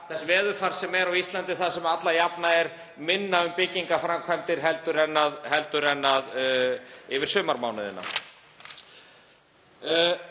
þess veðurfars sem er á Íslandi, þar sem alla jafna er minna um byggingarframkvæmdir en yfir sumarmánuðina.